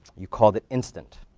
you called it instant.